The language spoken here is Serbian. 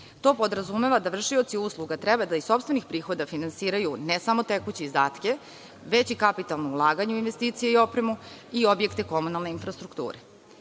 To podrazumeva da vršioci usluga treba da iz sopstvenih prihoda finansiraju ne samo tekuće izdatke već i kapitalna ulaganja u investicije i opremu i objekte komunalne infrastrukture.